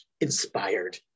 inspired